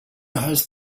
has